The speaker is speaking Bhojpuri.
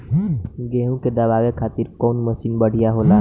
गेहूँ के दवावे खातिर कउन मशीन बढ़िया होला?